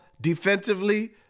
defensively